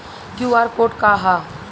QR code का ह?